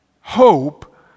hope